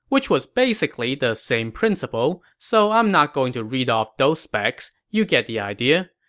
which was basically the same principle, so i'm not going to read off those specs. you get the idea.